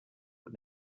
und